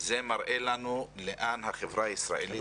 זה מראה לנו לאן החברה הישראלית.